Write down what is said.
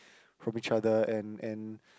from each other and and